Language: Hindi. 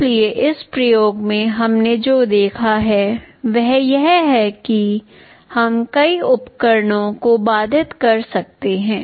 इसलिए इस प्रयोग में हमने जो देखा है वह यह है कि हम कई उपकरणों को बाधित कर सकते हैं